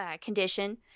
condition